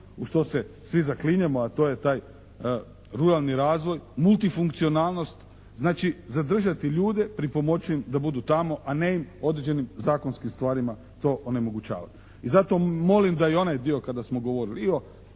u što se svi zaklinjemo a to je taj ruralni razvoj, multifunkcionalnost. Znači zadržati ljude, pripomoći im da budu tamo, a ne im određenim zakonskim stvarima to onemogućavati. I zato molim da i onaj dio kada smo govorili i